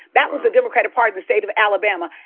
that was the democratic party in the state of alabama.